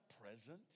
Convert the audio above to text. present